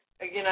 again